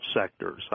sectors